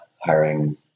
hiring